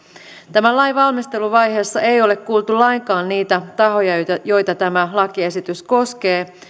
tämän lain valmisteluvaiheessa ei ole kuultu lainkaan niitä tahoja joita tämä lakiesitys koskee